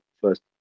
first